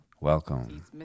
Welcome